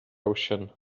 ocean